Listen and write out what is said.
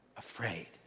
afraid